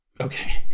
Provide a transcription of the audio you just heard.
Okay